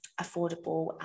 affordable